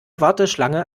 warteschlange